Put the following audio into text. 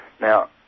Now